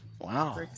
wow